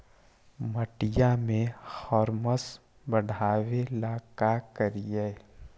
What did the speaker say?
मिट्टियां में ह्यूमस बढ़ाबेला का करिए?